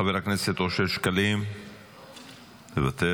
חבר הכנסת אושר שקלים, מוותר.